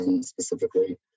specifically